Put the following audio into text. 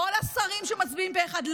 כל השרים שמצביעים פה אחד,